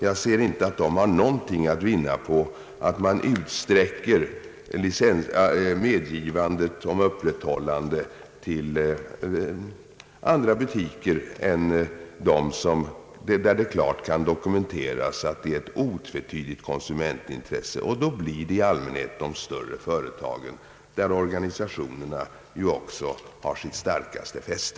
Jag kan inte se att de har något att vinna på att man utsträcker medgivandet om öppethållande till andra butiker än i sådana fall där det klart kan dokumenteras att det är ett otvetydigt konsumentintresse. Då blir det i allmänhet fråga om de större företagen, där organisationerna ju också har sitt starkaste fäste.